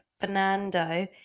Fernando